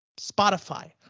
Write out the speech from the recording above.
Spotify